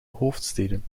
hoofdsteden